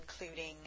including